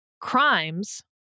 crimes